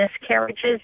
miscarriages